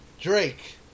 Drake